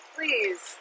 Please